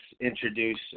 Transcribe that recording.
introduce